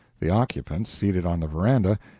the occupants, seated on the veranda,